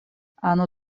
оно